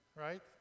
Right